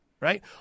right